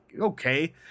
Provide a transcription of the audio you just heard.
okay